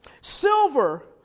silver